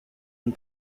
and